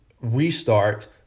restart